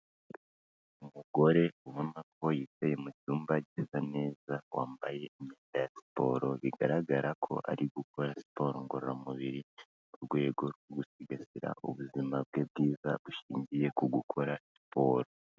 Umugore ubona yicaye mu cyumba gisa neza, wambaye imyenda ya siporo bigaragara ko ari gukora siporo ngororamubiri, mu rwego rwo gusigasira ubuzima bwe bwiza bushingiye ku gukora siporo.